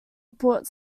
report